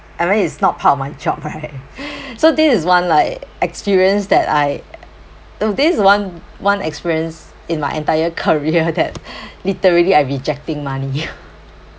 I mean it's not part of my job right so this is one like experience that I uh this is one one experience in my entire career that literally I rejecting money